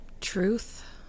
Truth